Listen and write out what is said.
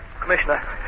Commissioner